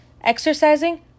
Exercising